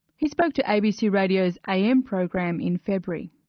he spoke to abc radio's am program in february.